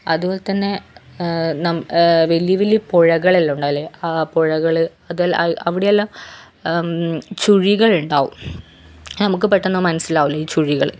അതുപോലെത്തന്നെ വലിയ വലിയ പുഴകളെല്ലാം ഉണ്ടാവില്ലേ ആ പുഴകള് അതുമല്ല അവിടെയെല്ലാം ചുഴികളുണ്ടാവും നമുക്ക് പെട്ടെന്ന് മനസ്സിലാവില്ല ഈ ചുഴികള്